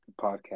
podcast